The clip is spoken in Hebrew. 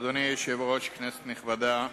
אדוני היושב-ראש, כנסת נכבדה,